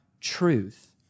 truth